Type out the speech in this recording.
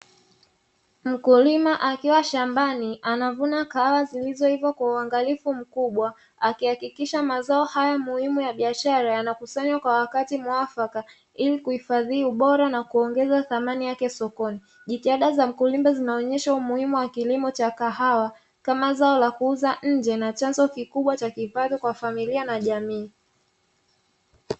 Mkulima akiwa shambani anavuna kahawa zilizoiva kwa uangalifu mkubwa akihakikisha mazao hayo muhimu ya biashara yanakusanywa kwa wakati muafaka, ili kuhifadhi ubora na kuongeza thamani yake sokoni. Jitihada za wakulima zinaonyesha umuhimu wa kilimo cha kahawa kama zao la kuuza nje na chanzo kikubwa cha kipato kwa familia na jamii.